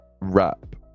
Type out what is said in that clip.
wrap